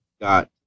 got